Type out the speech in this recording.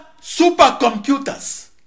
supercomputers